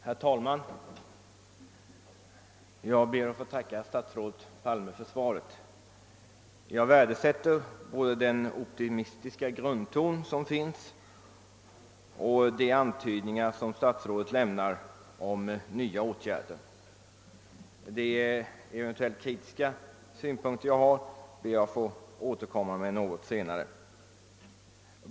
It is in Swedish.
Herr talman! Jag ber att få tacka statsrådet Palme för svaret. Jag värdesätter både den optimistiska grundsynen i svaret och de antydningar som statsrådet lämnar om nya åtgärder. Mina eventuellt kritiska synpunkter ber jag att få återkomma med något senare.